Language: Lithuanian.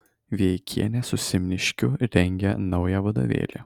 vijeikienė su simniškiu rengia naują vadovėlį